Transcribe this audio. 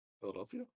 Philadelphia